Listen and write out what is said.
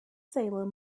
salem